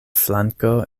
flanko